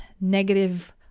negative